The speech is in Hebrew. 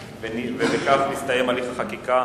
ובכך הסתיים הליך החקיקה